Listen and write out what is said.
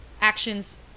actions